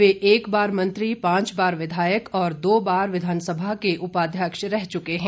वे एक बार मंत्री पांच बार विधायक और दो बार विधानसभा के उपाध्यक्ष रह चुके हैं